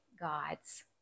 gods